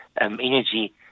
energy